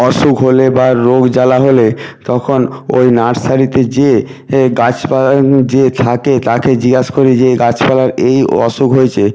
অসুখ হলে বা রোগ জ্বালা হলে তখন ওই নার্সারিতে যে গাছপালা যে থাকে তাকে জিজ্ঞাসা করি যে গাছপালার এই অসুখ হয়েছে